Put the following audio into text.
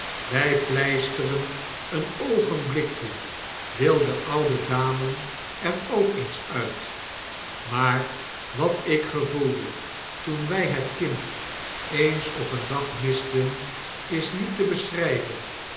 wij pleisteren een oogenblikje wil de oude dame er ook eens uit maar wat ik gevoelde toen wij het kind eens op een dag misten is niet te beschrijven